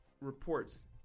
reports